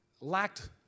lacked